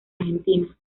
argentina